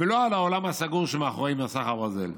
ולא על העולם הסגור שמאחורי מסך הברזל.